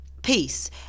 peace